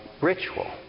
ritual